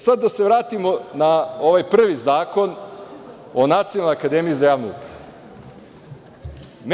Sada, da se vratimo na ovaj prvi zakon o Nacionalnoj akademiji za javnu upravu.